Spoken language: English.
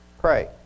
pray